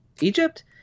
Egypt